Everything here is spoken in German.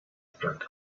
bleibt